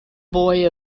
boy